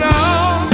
on